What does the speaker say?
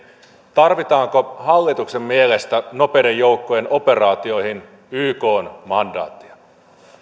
tarvitaanko hallituksen mielestä nopeiden joukkojen operaatioihin ykn mandaattia